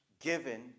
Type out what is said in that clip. given